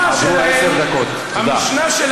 חבר הכנסת שי,